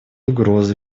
угрозой